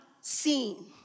seen